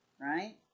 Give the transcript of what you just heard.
right